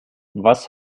was